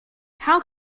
how